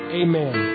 amen